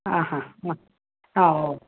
ಹಾಂ ಹಾಂ ಹಾಂ ಹಾಂ ಓಕೆ